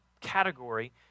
category